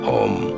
Home